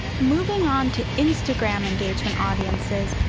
moving on to instagram engagement audiences,